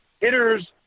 Hitters